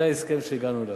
זה ההסכם שהגענו אליו.